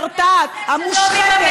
כי את לא בוחרת את האויבים שלך.